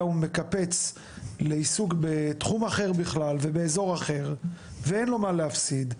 הוא מקפץ לעיסוק בתחום אחר באזור אחר ואין לא מה להפסיד,